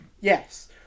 Yes